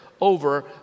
over